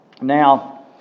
Now